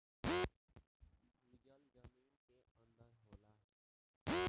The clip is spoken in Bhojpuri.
भूजल जमीन के अंदर होला